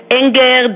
anger